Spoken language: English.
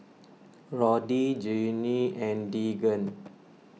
Roddy Genie and Deegan